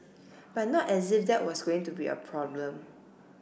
but not as if that was going to be a problem